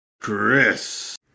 Chris